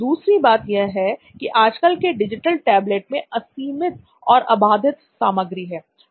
दूसरी बात यह है की आजकल के डिजिटल टेबलेट में असीमित और अबाधित सामग्री है